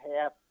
half